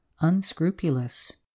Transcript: unscrupulous